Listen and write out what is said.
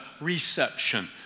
reception